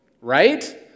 right